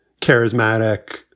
charismatic